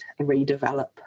redevelop